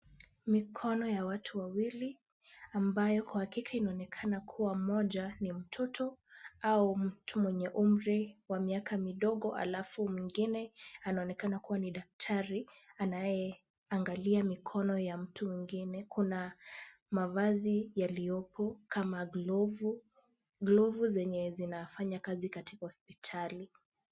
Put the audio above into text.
Mikono ya watu wawili ambayo kwa hakika inaonekana kuwa moja ni mtoto au mtu mwenye umri wa miaka midogo halafu mwingine anaonekana kuwa ni daktari anayeangalia mikono ya mtu mwingine. Kuna mavazi yaliyopo kama glovu, glovu zenye zinafanya kazi katika hospitali.